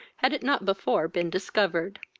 had it not before been discovered.